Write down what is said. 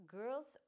girls